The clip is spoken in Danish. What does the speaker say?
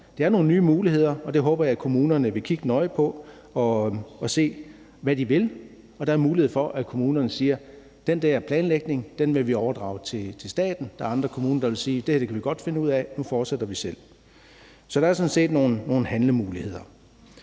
Det er nogle nye muligheder, og det håber jeg at kommunerne vil kigge nøje på og se, hvad de vil, og der er mulighed for, at kommunerne siger: Den der planlægning vil vi overdrage til staten. Der er andre kommuner, der vil sige: Det her kan vi godt finde ud af – nu fortsætter vi selv. Så der er sådan set nogle handlemuligheder.